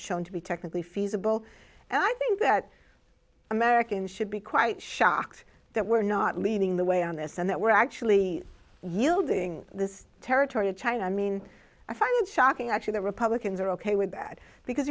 shown to be technically feasible and i think that americans should be quite shocked that we're not leading the way on this and that we're actually yielding this territory to china i mean i find it shocking actually the republicans are ok with that because